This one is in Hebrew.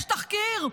יש תחקיר.